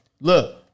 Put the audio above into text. Look